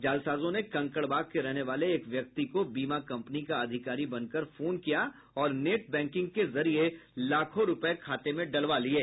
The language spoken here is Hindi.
जालसाजों ने कंकड़बाग के रहने वाले एक व्यक्ति को बीमा कम्पनी का अधिकारी बनकर फोन किया और नेट बैंकिंग के जरिये लाखों रूपये खाते में डलवा लिये